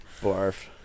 Barf